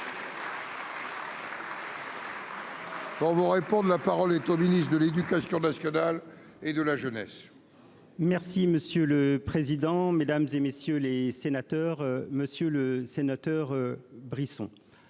Pour vous répondre, la parole est au ministre de l'Éducation nationale et de la jeunesse. Merci monsieur le président, Mesdames et messieurs les sénateurs, Monsieur le Sénateur Brisson